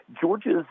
Georgia's